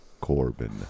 Corbin